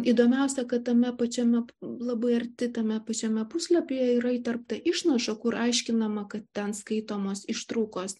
įdomiausia kad tame pačiame labai arti tame pačiame puslapyje yra įterpta išnaša kur aiškinama kad ten skaitomos ištraukos